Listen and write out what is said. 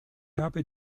habe